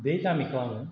बे गामिखौ आङो